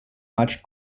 much